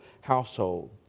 household